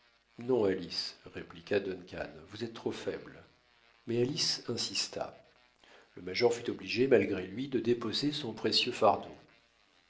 alice répliqua duncan vous êtes trop faible mais alice insista le major fut obligé malgré lui de déposer son précieux fardeau